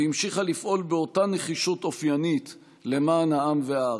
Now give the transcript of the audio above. והמשיכה לפעול באותה נחישות אופיינית למען העם והארץ.